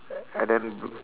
and then b~